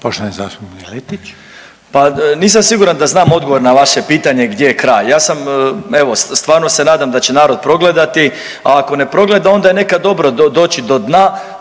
Marin (MOST)** Pa nisam siguran da znam odgovor na vaše pitanje gdje je kraj. Ja sam, evo stvarno se nadam da će narod progledati, a ako ne progleda onda je nekad dobro doći do dna,